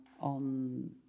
on